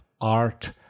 art